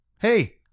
Hey